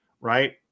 right